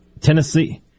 Tennessee